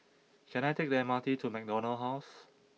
can I take the M R T to McDonald House